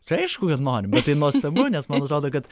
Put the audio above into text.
čia aišku kad norim bet tai nuostabu nes man atrodo kad